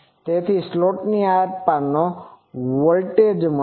તે સ્લોટની આરપારનો વોલ્ટેજ છે